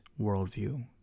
worldview